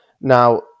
now